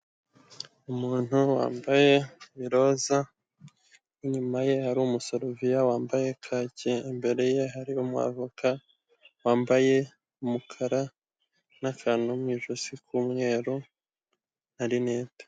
Umuntu wambaye iroza, inyuma ye hari umusoroviya wambaye kaki, imbere ye hari umwavoka, wambaye umukara n'akantu mu ijosi k'umweru na rinete.